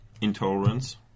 intolerance